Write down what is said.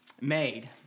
made